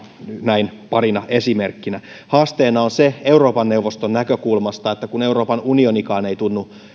näin parina esimerkkinä haasteena on euroopan neuvoston näkökulmasta se että euroopan unionikaan ei tunnu